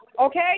Okay